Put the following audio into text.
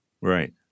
Right